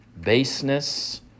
baseness